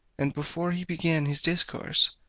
and before he began his discourse,